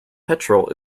petrol